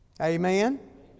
Amen